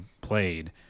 played